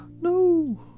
No